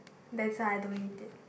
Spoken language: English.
that's I don't eat it